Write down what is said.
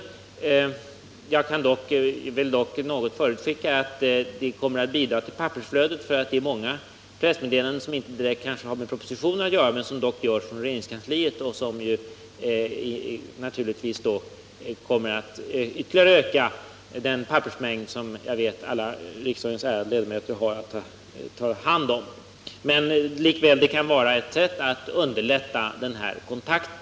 Jag vill dock förutskicka att detta kommer att bidra till pappersflödet, för det är många pressmeddelanden från regeringskansliet som inte direkt har med propositioner att göra och som då naturligtvis kommer att ytterligare öka den stora pappersmängd som jag vet att alla riksdagens ärade ledamöter har att ta hand om. Det kan dock vara ett sätt att underlätta den här kontakten.